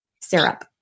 syrup